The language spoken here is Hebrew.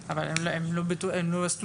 אבל הם לא סטודנטים.